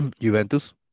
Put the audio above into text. Juventus